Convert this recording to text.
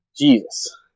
Jesus